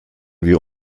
wir